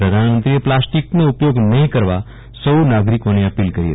પ્રધાનમંત્રીએ પ્લાસ્ટીકનો ઉપયોગ નહી કરવા સહુ નાગરીકોને અપીલ કરી હતી